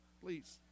please